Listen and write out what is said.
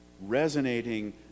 resonating